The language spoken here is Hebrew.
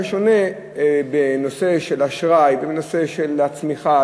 בשונה מנושא של אשראי ומנושא של הצמיחה,